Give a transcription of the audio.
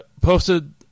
posted